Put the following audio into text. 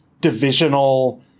divisional